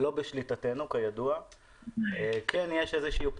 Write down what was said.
ראשית אני רוצה להגיד שעדיין יש אלינו הרבה